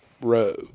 row